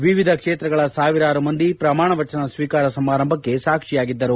ವಿವಿಧ ಕ್ಷೇತ್ರಗಳ ಸಾವಿರಾರು ಮಂದಿ ಪ್ರಮಾಣವಚನ ಸ್ವೀಕಾರ ಸಮಾರಂಭಕ್ಕೆ ಸಾಕ್ಷಿಯಾಗಿದ್ದರು